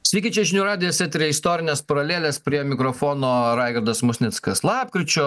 sveiki čia žinių radijas eteryje istorinės paralelės prie mikrofono raigardas musnickas lapkričio